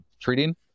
treating